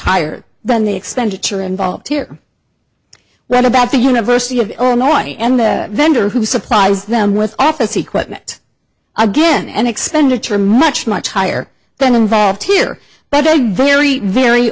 higher than the expenditure involved here when about the university of illinois and the vendor who supplies them with office equipment again an expenditure much much higher than involved here but a very very